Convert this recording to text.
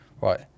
right